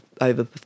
over